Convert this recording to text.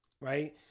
Right